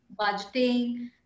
budgeting